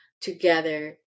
together